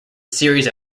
series